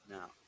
Now